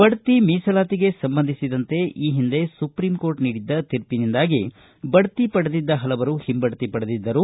ಬಡ್ತಿ ಮೀಸಲಾತಿಗೆ ಸಂಬಂಧಿಸಿದಂತೆ ಈ ಹಿಂದೆ ಸುಪ್ರಿಂ ಕೋರ್ಟ ನೀಡಿದ್ದ ತೀರ್ಪಿನಿಂದಾಗಿ ಬಡ್ತಿ ಪಡೆದಿದ್ದ ಹಲವರು ಹಿಂಬಡ್ಡಿ ಪಡೆದಿದ್ದರು